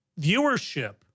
viewership